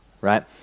right